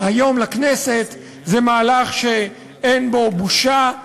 היום לכנסת זה מהלך שאין בו בושה,